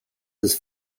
his